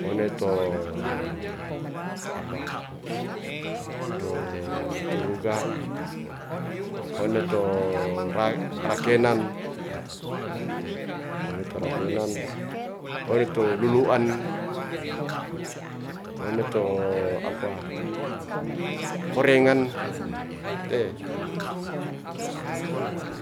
one to apa, to tuturuga, one to rakenan, one to rakenan, one to lulu'an one to apa, korengan te